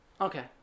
Okay